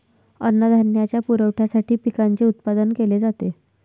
अन्नधान्याच्या पुरवठ्यासाठी पिकांचे उत्पादन केले जाते